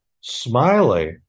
Smiley